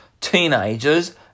teenagers